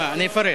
מה, אני אפרט.